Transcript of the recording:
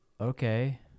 Okay